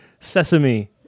Sesame